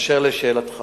באשר לשאלתך